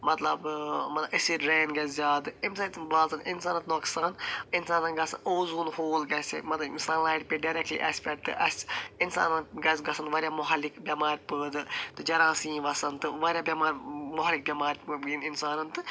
مطلب مطلب acid rain گژھِ زیادٕ امہِ سۭتۍ واتن انسانس نۄقصان انسانن گژھِ اوزوٗن ہول گژھِ مطلب یہِ سن لاٮ۪ٹ پیٚیہِ ڈاٮ۪رٮ۪کٹلی اسہِ پٮ۪ٹھ تہٕ اسہِ انسانن گژھِ گژھُن واریاہ مہلِک بٮ۪مارِ پٲدٕ تہِ جراسیٖم وسن تہِ واریاہ بٮ۪مارِ مہلِک بٮ۪مارِیِن انسانن تہٕ